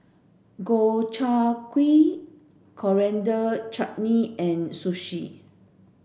Gobchang Gui Coriander Chutney and Sushi